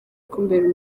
kumbera